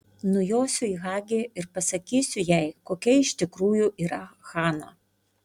nujosiu į hagi ir pasakysiu jai kokia iš tikrųjų yra hana